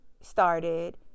started